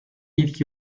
ilk